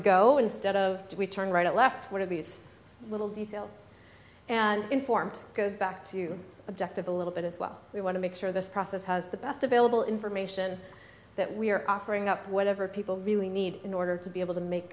go instead of we turn right at left one of these little details and inform goes back to objective a little bit as well we want to make sure this process has the best available information that we are offering up whatever people really need in order to be able to make